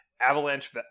Avalanche